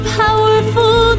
powerful